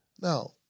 Now